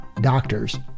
doctors